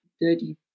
dirty